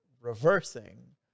reversing